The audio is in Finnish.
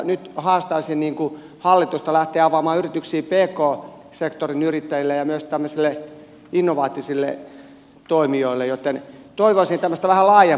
nyt haastaisin niin kuin hallituksen lähtemään avaamaan ovia pk sektorin yrittäjille ja myös tämmöisille innovatiivisille toimijoille ja toivoisin tämmöistä vähän laajempaa liikkeellelähtöä